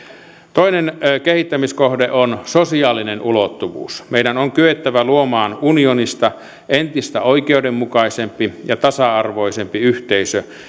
toinen kehittämiskohde on sosiaalinen ulottuvuus meidän on kyettävä luomaan unionista entistä oikeudenmukaisempi ja tasa arvoisempi yhteisö